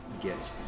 get